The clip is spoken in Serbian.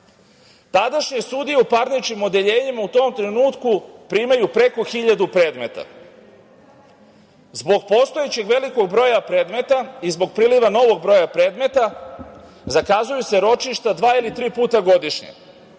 građana. Tadašnje sudije u parničnim odeljenjima u tom trenutku primaju preko 1.000 predmeta. Zbog postojećeg velikog broja predmeta i zbog priliva novog broja predmeta zakazuju se ročišta dva ili tri puta godišnje,